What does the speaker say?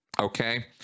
Okay